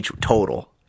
total